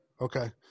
Okay